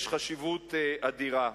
יש חשיבות אדירה.